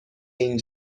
این